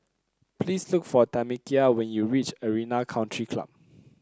please look for Tamekia when you reach Arena Country Club